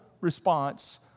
response